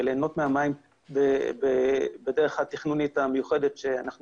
וליהנות מהמים בדרך התכנונית המיוחדת שאנחנו